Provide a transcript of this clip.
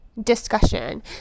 Discussion